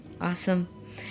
Awesome